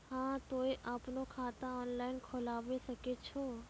हाँ तोय आपनो खाता ऑनलाइन खोलावे सकै छौ?